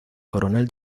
coronel